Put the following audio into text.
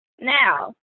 Now